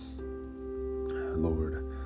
Lord